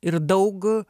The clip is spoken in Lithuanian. ir daug